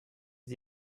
the